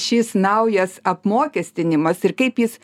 šis naujas apmokestinimas ir kaip jis